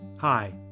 Hi